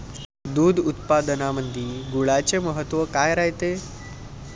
दूध उत्पादनामंदी गुळाचे महत्व काय रायते?